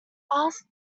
ask